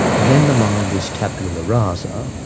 then the mind is tabula rasa,